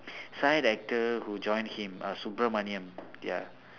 side actor who join him uh subramoneyam ya